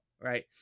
right